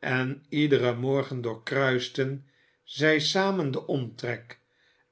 en iederen morgen doorkruisten zij samen den omtrek